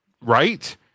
right